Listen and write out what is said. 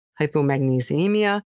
hypomagnesemia